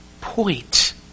point